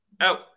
out